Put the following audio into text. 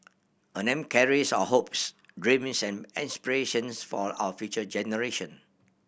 a name carries our hopes dreams and aspirations for our future generation